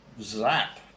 Zap